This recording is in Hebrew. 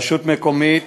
רשות מקומית